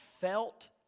felt